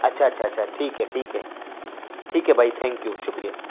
اچھا اچھا اچھا ٹھیک ہے ٹھیک ہے ٹھیک ہے بھائی تھینک یو شکریہ